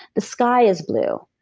the sky is blue,